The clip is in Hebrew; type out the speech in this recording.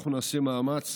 אנחנו נעשה מאמץ